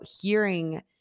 hearing